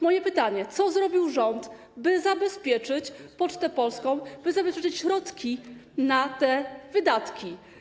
Moje pytanie: Co zrobił rząd, by zabezpieczyć Pocztę Polską, by zabezpieczyć środki na te wydatki?